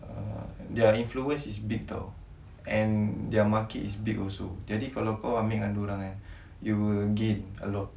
uh their influence is big [tau] and their market is big also jadi kalau kau amik dengan dia orang kan you will gain a lot